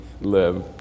live